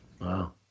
Wow